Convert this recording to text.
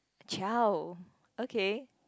ciao okay